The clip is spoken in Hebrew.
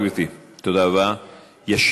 תודה רבה, גברתי.